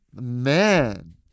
Man